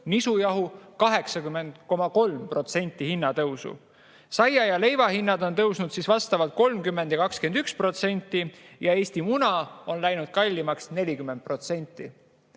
nisujahu – 80,3% hinnatõusu. Saia ja leiva hind on tõusnud vastavalt 30% ja 21% ning Eesti muna on läinud kallimaks 40%.